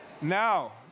Now